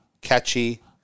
catchy –